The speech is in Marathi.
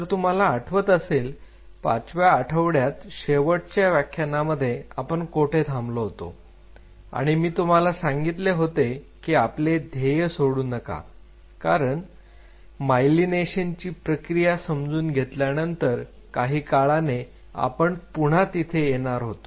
तर तुम्हाला आठवत असेल पाचव्या आठवड्यात शेवटच्या व्याख्यानांमध्ये आपण कोठे थांबलो होतो आणि मी तुम्हाला सांगितले होते की आपले ध्येय सोडू नका कारण मायलिनेशन ची प्रक्रिया समजून घेतल्यानंतर काही काळाने आपण पुन्हा तिथे येणार होतो